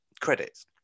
credits